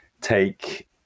take